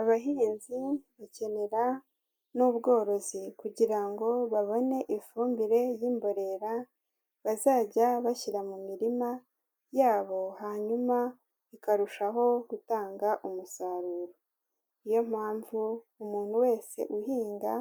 Abahinzi bakenera n'ubworozi, kugira ngo babone ifumbire y'imborera bazajya bashyira mu mirima yabo, hanyuma ikarushaho gutanga umusaruro. Ni yo mpamvu umuntu wese uhinga,